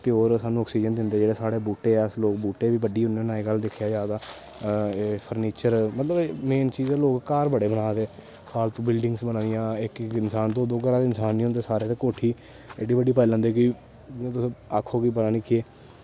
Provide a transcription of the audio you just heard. pure सानूं oxygen दिंदे जेह्ड़े साढ़े बूह्टे ऐ अस लोक बूह्टे गै बड्डी ओड़ने होन्ने अज्जकल दिक्खेआ जा तां एह् फर्नीचर मतलब मेन चीज़ ऐ लोक घर बड़े बना दे फालतू बिल्डिंगस बना दियां इक इक इंसान दो दो घरै दे इंसान नी होंदे ते कोठी एड्डी बड्डी पाई लैंदे कि कोई जियां तुस आक्खो कि पता निं केह्